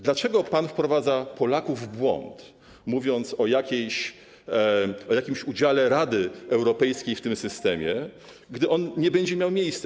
Dlaczego pan wprowadza Polaków w błąd, mówiąc o jakimś udziale Rady Europejskiej w tym systemie, gdy on nie będzie miał miejsca?